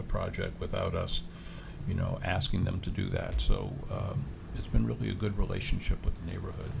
the project without us you know asking them to do that so it's been really a good relationship with the neighborhood